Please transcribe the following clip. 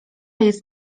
jest